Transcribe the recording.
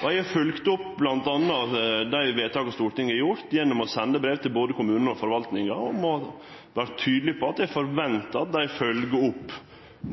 Eg har følgt opp bl.a. dei vedtaka Stortinget har gjort, gjennom å sende brev til både kommunar og forvaltninga og vore tydeleg på at eg forventar at dei følgjer opp